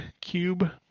Cube